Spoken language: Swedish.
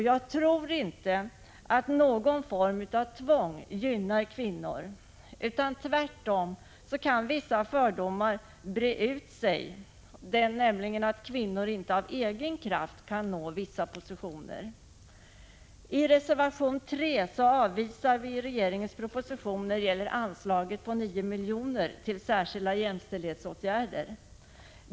Jag tror inte att någon form av tvång gynnar kvinnor, utan genom sådana metoder kan tvärtom vissa fördomar breda ut sig, som exempelvis den som gör gällande att kvinnor inte av egen kraft kan nå vissa positioner. I reservation 3 avvisar vi regeringens proposition när det gäller anslaget om 9 milj.kr. till särskilda jämställdhetsåtgärder.